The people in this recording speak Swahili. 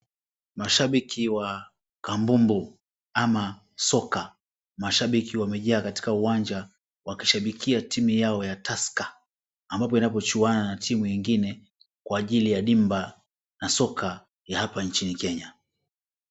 Mashabiki wa kambumbu ama soka . Mashabiki wamejaa katika uwanja, wakishabikia timu yao ya Tusker ambapo inapochuana na timu ingine kwa ajili ya dimba na soka ya hapa nchini Kenya.